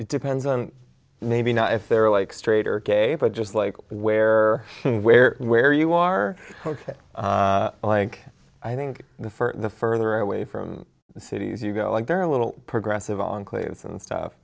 it depends on maybe not if they're like straight or gay but just like where where where you are ok like i think the further the further away from the cities you go like they're a little progressive enclaves and stuff